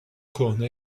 کهنه